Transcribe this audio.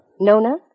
Nona